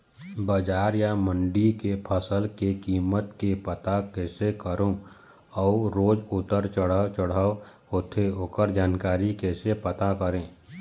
बजार या मंडी के फसल के कीमत के पता कैसे करें अऊ रोज उतर चढ़व चढ़व होथे ओकर जानकारी कैसे पता करें?